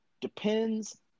Depends